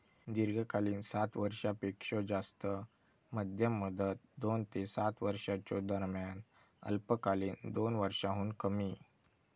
दीर्घकालीन सात वर्षांपेक्षो जास्त, मध्यम मुदत दोन ते सात वर्षांच्यो दरम्यान, अल्पकालीन दोन वर्षांहुन कमी